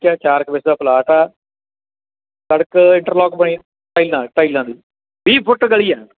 ਠੀਕ ਆ ਚਾਰ ਕੁ ਵਿਸਵੇ ਦਾ ਪਲਾਟ ਆ ਸੜਕ ਇੰਟਰਲੋਕ ਬਣੀ ਟਾਈਲਾਂ ਟਾਈਲਾਂ ਦੀ ਵੀਹ ਫੁੱਟ ਗਲੀ ਆ